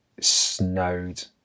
snowed